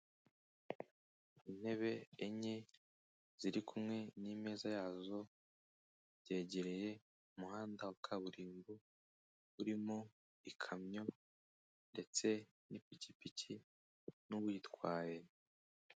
Intebe enye ziri kumwe n'imeza yazo, byegereye umuhanda wa kaburimbo urimo ikamyo ndetse n'ipikipiki n'uwuyitwaye.